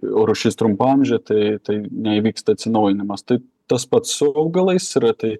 o rūšis trumpaamžė tai tai neįvyksta atsinaujinimas tai tas pat su augalais yra tai